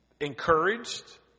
Encouraged